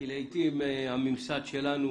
כי לעיתים הממסד שלנו